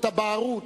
את הבערות,